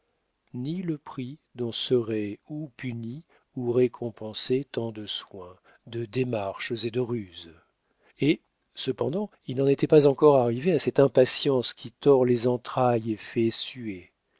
ni le prix dont seraient ou punis ou récompensés tant de soins de démarches et de ruses et cependant il n'en était pas encore arrivé à cette impatience qui tord les entrailles et fait suer